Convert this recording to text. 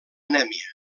anèmia